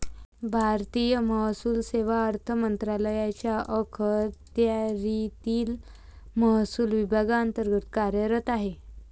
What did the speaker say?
भारतीय महसूल सेवा अर्थ मंत्रालयाच्या अखत्यारीतील महसूल विभागांतर्गत कार्यरत आहे